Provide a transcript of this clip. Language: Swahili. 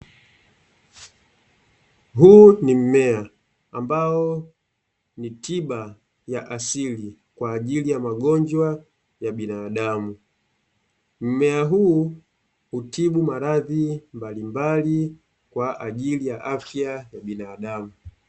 Huu ni mmea ambao ni tiba ya asili kwa ajili ya magonjwa ya binadamu, mmea huu hutibu maradhi mbalimbali kwa ajili ya afya ya binadamu.